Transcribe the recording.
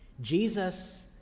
jesus